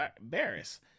Barris